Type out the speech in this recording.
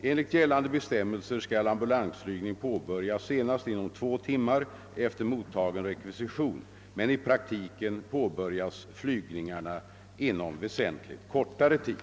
Enligt gällande bestämmelser skall ambulansflygning påbörjas senast inom två timmar efter mottagen rekvisition, men i praktiken påbörjas flygningarna inom väsentligt kortare tid.